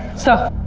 sir,